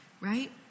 right